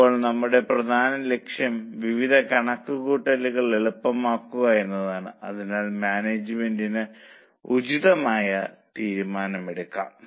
ഇപ്പോൾ നമ്മളുടെ പ്രധാന ലക്ഷ്യം വിവിധ കണക്കുകൂട്ടലുകൾ എളുപ്പമാക്കുക എന്നതാണ് അതിനാൽ മാനേജ്മെന്റിന് ഉചിതമായ തീരുമാനം എടുക്കാം